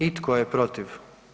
I tko je protiv?